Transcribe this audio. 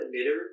emitter